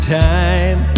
time